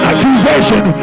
accusation